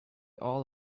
all